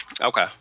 okay